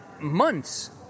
months